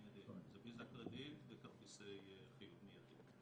מיידי זה ויזה כללית וכרטיסי חיוב מיידי.